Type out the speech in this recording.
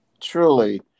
truly